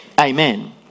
amen